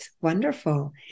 Wonderful